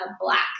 black